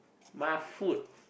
my foot